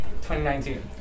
2019